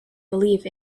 believe